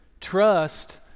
trust